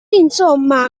insomma